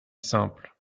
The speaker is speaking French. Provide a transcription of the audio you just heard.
simple